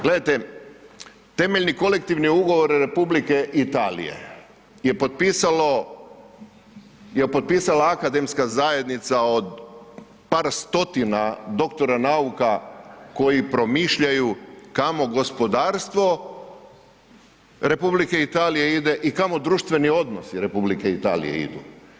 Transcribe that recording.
Gledajte, temeljni kolektivni ugovor Republike Italije je potpisala akademska zajednica od par stotina doktora nauka koji promišljaju kamo gospodarstvo Republike Italije i kamo društveni odnosi Republike Italije idu.